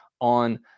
on